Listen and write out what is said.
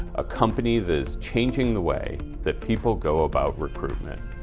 a company that is changing the way that people go about recruitment.